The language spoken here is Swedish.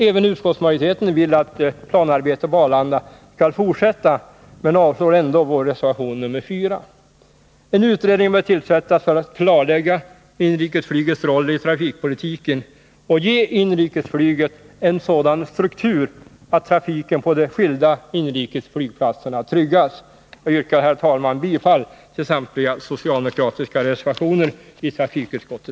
Även utskottsmajoriteten vill att planarbetet på Arlanda skall fortsätta men avstyrker ändå vår reservation 4. Jag yrkar, herr talman, bifall till samtliga socialdemokratiska reservationer Nr 53